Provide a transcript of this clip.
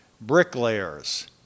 bricklayers